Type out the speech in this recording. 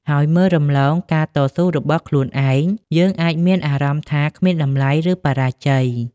ហើយមើលរំលងការតស៊ូរបស់ខ្លួនឯង យើងអាចមានអារម្មណ៍ថាគ្មានតម្លៃ ឬបរាជ័យ។